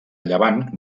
llevant